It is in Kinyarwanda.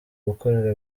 gukorera